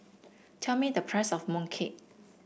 tell me the price of Mooncake